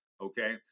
okay